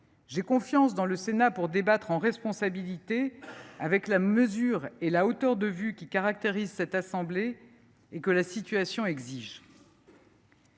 j’ai confiance dans le Sénat pour débattre en responsabilité, avec la mesure et la hauteur de vue qui caractérisent cette assemblée et que la situation exige.